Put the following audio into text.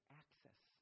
access